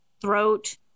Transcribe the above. throat